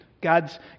God's